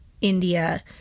india